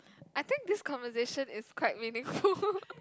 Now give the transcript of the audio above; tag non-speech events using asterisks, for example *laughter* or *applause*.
I think this conversation is quite meaningful *laughs*